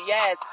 Yes